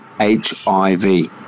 HIV